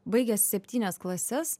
baigęs septynias klases